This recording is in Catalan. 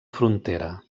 frontera